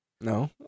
No